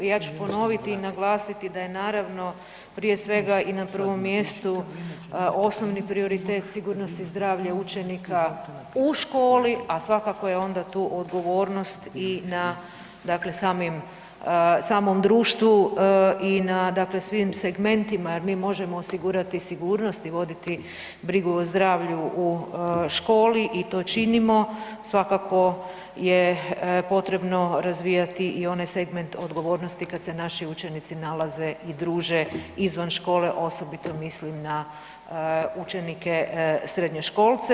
Ja ću ponoviti i naglasiti da je naravno prije svega i na prvom mjestu osnovni prioritet sigurnost i zdravlje učenika u školi a svakako je onda tu odgovornost i na dakle samom društvu i na dakle svim segmentima jer mi možemo osigurati sigurnosti i voditi brigu o zdravlju u školi i to činimo, svakako je potrebno razvijati i one segment odgovornosti kad se naši učenici nalaze i druže izvan škole, osobito mislim na učenike srednjoškolce.